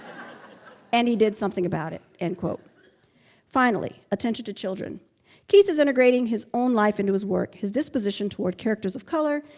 and he did something about it and finally, attention to children keats's integrating his own life into his work, his disposition toward characters of color,